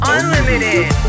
Unlimited